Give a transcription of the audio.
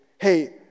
hey